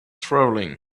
travelling